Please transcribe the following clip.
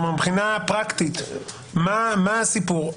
כלומר, מבחינה פרקטית מה הסיפור?